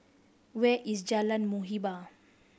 where is Jalan Muhibbah